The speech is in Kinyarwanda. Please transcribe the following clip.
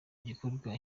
gikorwa